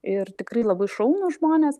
ir tikrai labai šaunūs žmonės